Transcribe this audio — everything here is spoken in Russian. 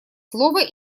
слово